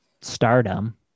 stardom